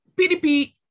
PDP